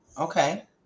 okay